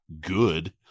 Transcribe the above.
good